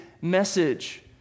message